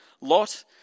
Lot